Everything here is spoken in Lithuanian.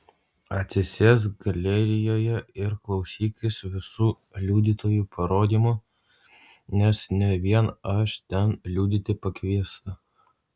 atsisėsk galerijoje ir klausykis visų liudytojų parodymų nes ne vien aš ten liudyti pakviesta